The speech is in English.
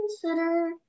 consider